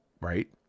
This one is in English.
right